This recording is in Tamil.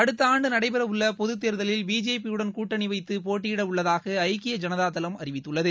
அடுத்த ஆண்டு நடைபெற உள்ள பொதுத்தேர்தலை பிஜேபிபுடன் கூட்டணி வைத்து போட்டியிட உள்ளதாக ஐக்கிய ஐனதாதள அறிவித்துள்ளது